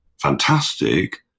fantastic